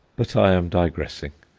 but i am digressing.